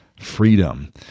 freedom